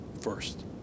first